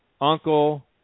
uncle